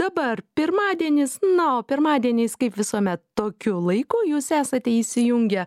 dabar pirmadienis na o pirmadieniais kaip visuomet tokiu laiku jūs esate įsijungę